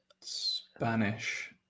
Spanish